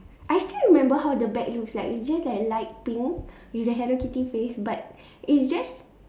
I still remember how the bag looks like it's just like light pink with the Hello-Kitty face but it's just